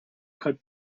could